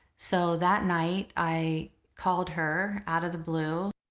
so that night i called her out of the blue.